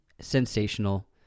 sensational